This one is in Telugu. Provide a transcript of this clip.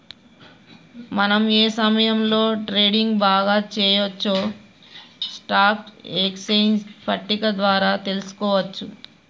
మనం ఏ సమయంలో ట్రేడింగ్ బాగా చెయ్యొచ్చో స్టాక్ ఎక్స్చేంజ్ పట్టిక ద్వారా తెలుసుకోవచ్చు